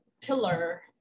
pillar